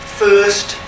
first